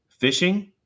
phishing